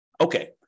Okay